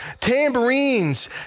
tambourines